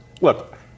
look